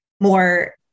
more